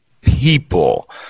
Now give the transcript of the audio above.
people